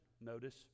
notice